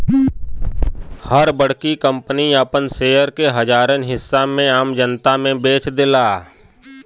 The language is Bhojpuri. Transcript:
हर बड़की कंपनी आपन शेयर के हजारन हिस्सा में आम जनता मे बेच देला